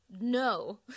no